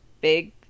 big